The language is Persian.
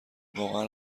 واقعا